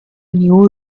new